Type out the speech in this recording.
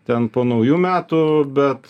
ten po naujų metų bet